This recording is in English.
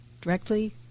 directly